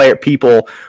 people –